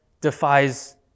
defies